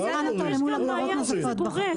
נבחן אותו למול הגדרות נוספות בחוק.